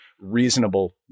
reasonable